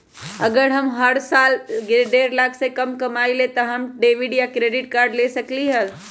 अगर हम हर साल डेढ़ लाख से कम कमावईले त का हम डेबिट कार्ड या क्रेडिट कार्ड ले सकली ह?